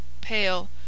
pale